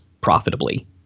profitably